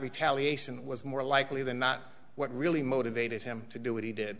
retaliation was more likely than not what really motivated him to do what he did